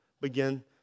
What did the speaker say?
begin